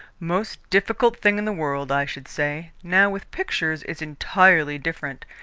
most difficult thing in the world, i should say. now with pictures it's entirely different.